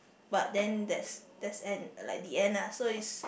but then that's that's end like the end lah so is